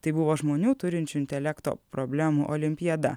tai buvo žmonių turinčių intelekto problemų olimpiada